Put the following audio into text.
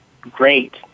great